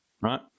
right